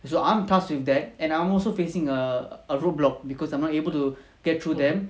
so I'm tasked with that and I'm also facing err a roadblock because I'm not able to get through them